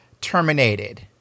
terminated